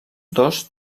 dos